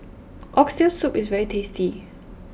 Oxtail Soup is very tasty